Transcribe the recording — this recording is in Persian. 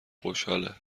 خوشحاله